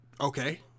Okay